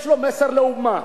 יש לו מסר לאומה.